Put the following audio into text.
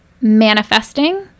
manifesting